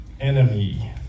enemy